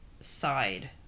side